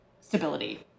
stability